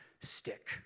stick